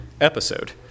episode